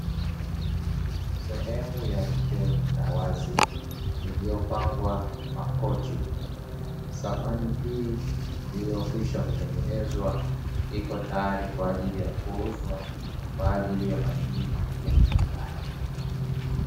Sehemu ya nje na wazi iliyopangwa makochi, samani hii iliyokwisha kutengeneza iko tayari kwa ajili ya kuuzwa kwa ajili ya matumizi ya majumbani.